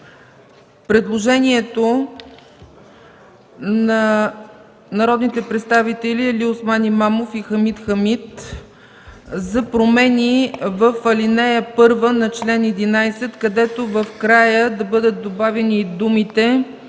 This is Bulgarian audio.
предложението на народните представители Алиосман Имамов и Хамид Хамид за промени в ал. 1 на чл. 11 – в края да бъдат добавени думите